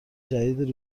جدید